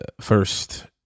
first